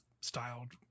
styled